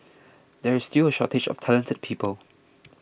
there is still a shortage of talented people